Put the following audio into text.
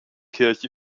kirche